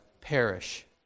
perish